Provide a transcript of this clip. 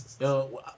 Yo